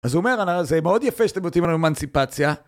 אז אומר, הנער זה מאוד יפה שאתם נותנים לנו אמנציפציה